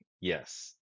yes